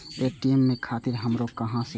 ATM ले खातिर हमरो कहाँ जाए परतें?